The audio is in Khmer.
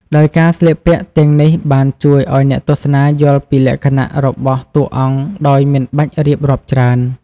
ដោយការស្លៀកពាក់ទាំងនេះបានជួយឲ្យអ្នកទស្សនាយល់ពីលក្ខណៈរបស់តួអង្គដោយមិនបាច់រៀបរាប់ច្រើន។